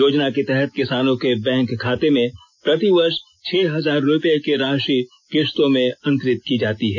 योजना के तहत किसानों के बैंक खाते में प्रतिवर्ष छह हजार रुपए की राशि किस्तों में अंतरित की जाती है